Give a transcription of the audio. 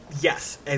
yes